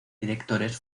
directores